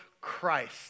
Christ